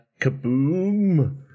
kaboom